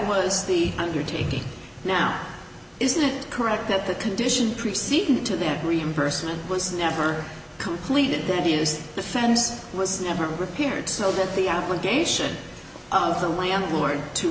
was the undertaking now isn't it correct that the condition preceding to that reimbursement was never completed that is the fence was never repaired so that the application of the landlord to